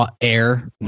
air